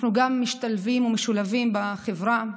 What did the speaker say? אנחנו גם משתלבים ומשולבים בחברה.